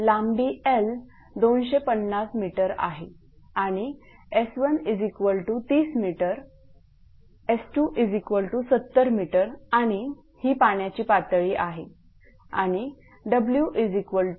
लांबी L 250 m आहे आणि s130 m s270 m आणि ही पाण्याची पातळी आहे आणि W0